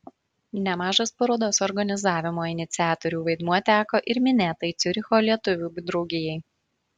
nemažas parodos organizavimo iniciatorių vaidmuo teko ir minėtai ciuricho lietuvių draugijai